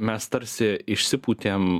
mes tarsi išsipūtėm